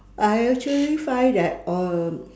I actually find that um